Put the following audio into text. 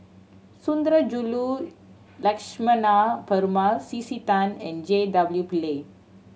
Sundarajulu Lakshmana Perumal C C Tan and J W Pillay